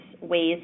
ways